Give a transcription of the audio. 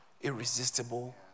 irresistible